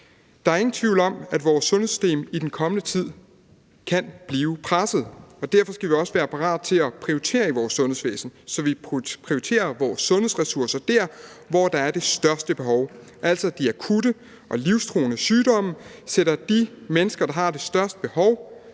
Der er ingen tvivl om, at vores sundhedssystem i den kommende tid kan blive presset, og derfor skal vi også være parat til at prioritere i vores sundhedsvæsen, så vi prioriterer vores sundhedsressourcer der, hvor der er det største behov, altså de akutte og livstruende sygdomme, så vi sætter de mennesker, der har det største behov